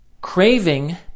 Craving